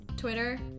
Twitter